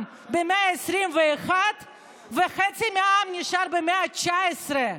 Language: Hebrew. במאה ה-21 וחצי מהעם נשאר במאה ה-19.